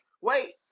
Wait